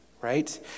Right